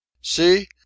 see